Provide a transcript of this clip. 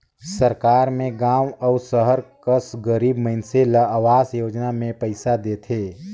सरकार में गाँव अउ सहर कर गरीब मइनसे ल अवास योजना में पइसा देथे